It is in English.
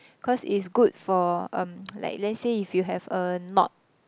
cause it's good for um like let's say if you have a knot